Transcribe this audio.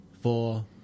four